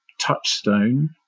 touchstone